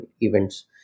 events